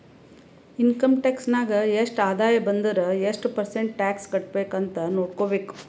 income tax ನಾಗ್ ಎಷ್ಟ ಆದಾಯ ಬಂದುರ್ ಎಷ್ಟು ಪರ್ಸೆಂಟ್ ಟ್ಯಾಕ್ಸ್ ಕಟ್ಬೇಕ್ ಅಂತ್ ನೊಡ್ಕೋಬೇಕ್